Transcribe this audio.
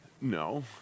No